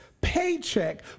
paycheck